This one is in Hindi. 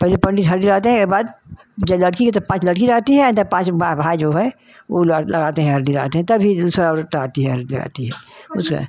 पहले पंडित हल्दी डालते हैं ए बाद जे लड़की के त पाँच लड़की रहती हैं त पाँच बा भाई जो है उ लगाते हैं हरदी रहते हैं तभी दूसरा औरत आती है हल्दी लगाती है उसका